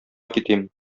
китим